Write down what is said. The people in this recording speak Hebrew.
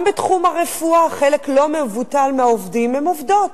גם בתחום הרפואה חלק לא מבוטל מהעובדים הם עובדות.